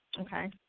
okay